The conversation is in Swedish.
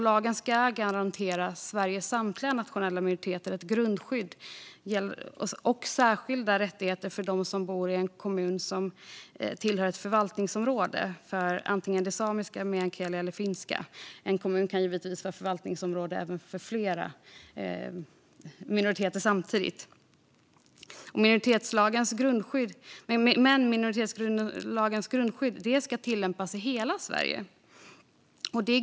Lagen ska garantera Sveriges samtliga nationella minoriteter ett grundskydd samt särskilda rättigheter för den som bor i en kommun som tillhör ett förvaltningsområde för samiska, meänkieli eller finska - en kommun kan givetvis även vara förvaltningsområde för flera minoriteter samtidigt. Lagens grundskydd ska dock som sagt tillämpas i hela Sverige.